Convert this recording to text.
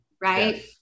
right